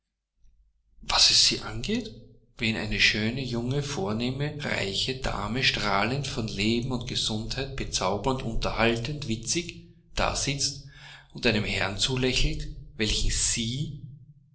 was es sie angeht wenn eine schöne junge vornehme reiche dame strahlend von leben und gesundheit bezaubernd unterhaltend witzig dasitzt und einem herrn zulächelt welchen sie